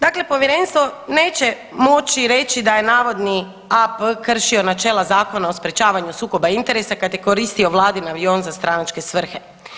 Dakle, povjerenstvo neće moći reći da je navodni A.P. kršio načela Zakona o sprječavanju sukoba interesa kad je koristio vladin avion za stranačke svrhe.